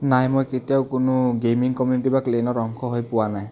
নাই মই কেতিয়াও কোনো গেইমিং কমিউনিটি বা ক্লেনত অংশ হৈ পোৱা নাই